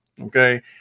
okay